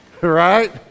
Right